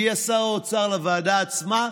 הגיע שר האוצר לוועדה עצמה,